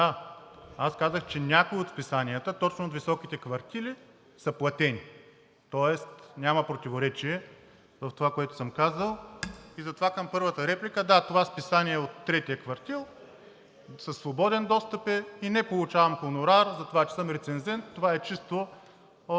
Да, аз казах, че някои от списанията, точно от високите квартили, са платени, тоест няма противоречие в това, което съм казал, и затова към първата реплика. Да, това списание е от третия квартил. Със свободен достъп е и не получавам хонорар за това, че съм рецензент. Това е чисто от